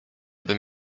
bym